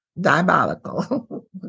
Diabolical